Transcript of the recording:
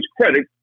credit